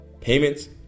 payments